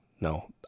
No